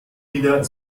wieder